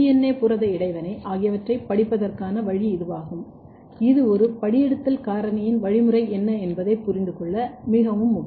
ஏ புரத இடைவினை ஆகியவற்றைப் படிப்பதற்கான வழி இதுவாகும் இது ஒரு படியெடுத்தல் காரணியின் வழிமுறை என்ன என்பதைப் புரிந்து கொள்ள இது மிகவும் முக்கியம்